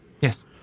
Yes